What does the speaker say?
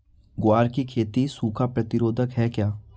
ग्वार की खेती सूखा प्रतीरोधक है क्या?